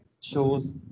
shows